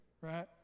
right